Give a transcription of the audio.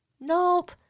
Nope